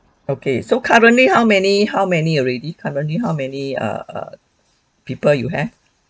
okay so currently how many how many already currently how many uh err people you have